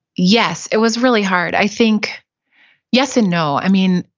yes, it was really hard. i think yes and no. i mean,